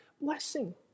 blessing